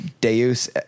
Deus